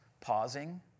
pausing